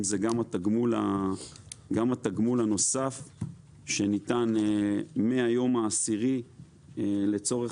אם זה גם התגמול הנוסף שניתן מהיום העשירי לצורך